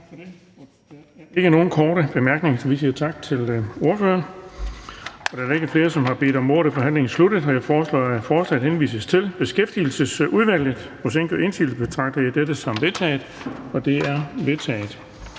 ikke nogen korte bemærkninger, så vi siger tak til ordføreren for forslagsstillerne. Da der ikke er flere, som har bedt om ordet, er forhandlingen sluttet. Jeg foreslår, at forslaget henvises til Beskæftigelsesudvalget. Hvis ingen gør indsigelse, betragter jeg dette som vedtaget. Det er vedtaget.